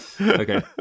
Okay